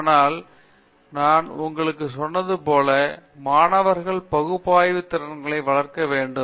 ஆனால் நான் உங்களுக்கு சொன்னது போல் மாணவர்கள் பகுப்பாய்வு திறன்களை வளர்க்க வேண்டும்